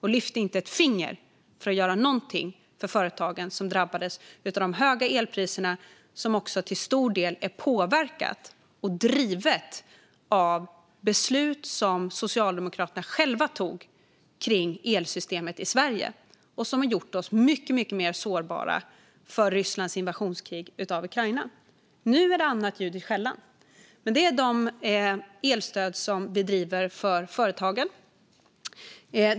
De lyfte inte ett finger för att göra någonting för företagen som drabbades av de höga elpriserna - något som också till stor del är påverkat och drivet av beslut som Socialdemokraterna själva fattade kring elsystemet i Sverige. Detta har gjort oss mycket mer sårbara för Rysslands invasionskrig i Ukraina. Nu är det annat ljud i skällan. Detta är dock de elstöd vi driver när det gäller företagen.